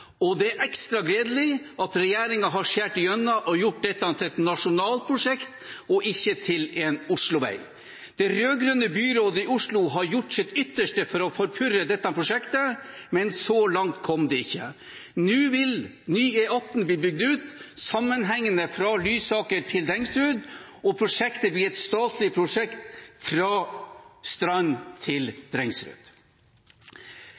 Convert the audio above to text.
transportplanen. Det er ekstra gledelig at regjeringen har skåret igjennom og gjort dette til et nasjonalt prosjekt og ikke til en Oslo-vei. Det rød-grønne byrådet i Oslo har gjort sitt ytterste for å forpurre dette prosjektet, men så langt kom de ikke. Nå vil nye E18 bli bygd ut sammenhengende fra Lysaker til Drengsrud, og prosjektet blir et statlig prosjekt fra Strand